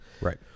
Right